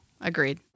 Agreed